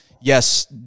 Yes